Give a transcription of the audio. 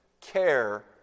care